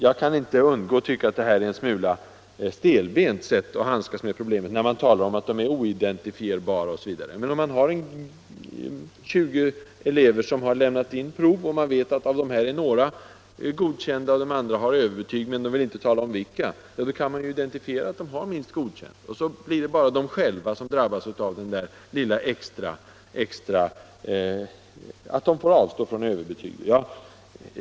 Jag kan inte undgå att tycka att det är ett smula stelbent sätt att handskas med problemet, när man talar om att proven är oidentifierbara osv. Om tjugo elever har lämnat in prov och man vet att av dessa är några godkända och de andra har överbetyg men inte vill ge sig till känna, då kan man ju identifiera att de har minst godkänt och då blir det bara eleverna själva som drabbas i så måtto att de får avstå från överbetyg.